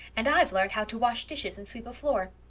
and i've learned how to wash dishes and sweep a floor.